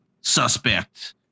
suspect